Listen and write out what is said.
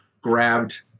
grabbed